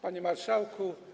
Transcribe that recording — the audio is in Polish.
Panie Marszałku!